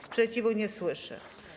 Sprzeciwu nie słyszę.